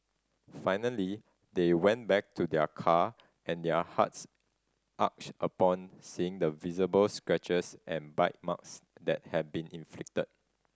finally they went back to their car and their hearts arch upon seeing the visible scratches and bite marks that had been inflicted